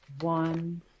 one